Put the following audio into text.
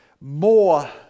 more